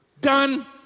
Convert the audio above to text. Done